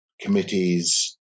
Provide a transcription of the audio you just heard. committees